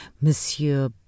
Monsieur